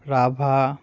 Rabha